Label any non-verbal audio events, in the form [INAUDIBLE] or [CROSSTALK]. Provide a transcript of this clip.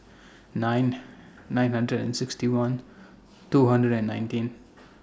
[NOISE] nine nine hundred and sixty one two hundred and nineteen